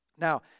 Now